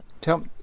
Tell